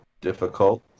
difficult